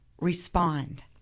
respond